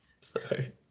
Sorry